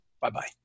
Bye-bye